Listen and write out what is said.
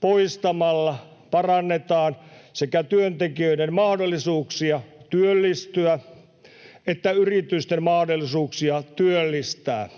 poistamalla parannetaan sekä työntekijöiden mahdollisuuksia työllistyä että yritysten mahdollisuuksia työllistää.